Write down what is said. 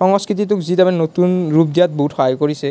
সংস্কৃতিটোক যি তাৰ মানে নতুন ৰূপ দিয়াত বহুত সহায় কৰিছে